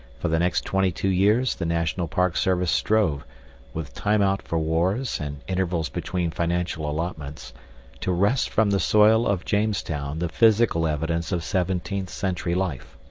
for the next twenty two years the national park service strove with time out for wars and intervals between financial allotments to wrest from the soil of jamestown the physical evidence of seventeenth century life.